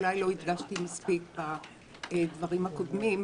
אולי לא הדגשתי מספיק בדברים הקודמים,